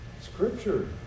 Scripture